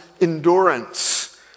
endurance